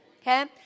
Okay